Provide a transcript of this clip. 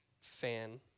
fan